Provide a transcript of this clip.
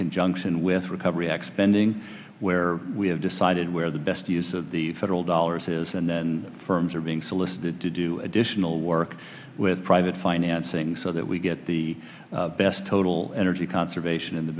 conjunction with recovery expending where we have decided where the best use of the federal dollars is and then firms are being solicited to do additional work with private financing so that we get the best total energy conservation in the